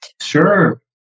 Sure